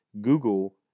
Google